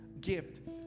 gift